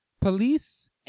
Police